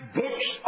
books